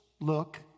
look